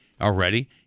already